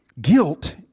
Guilt